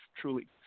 truly